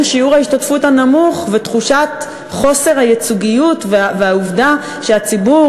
שיעור ההשתתפות הנמוך ותחושת חוסר הייצוגיות והעובדה שהציבור